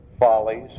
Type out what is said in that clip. follies